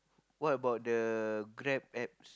what about the Grab App